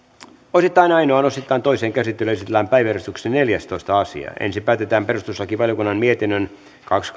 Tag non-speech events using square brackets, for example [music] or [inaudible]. osittain ainoaan osittain toiseen käsittelyyn esitellään päiväjärjestyksen neljästoista asia ensin päätetään perustuslakivaliokunnan mietinnön kaksi [unintelligible]